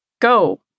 go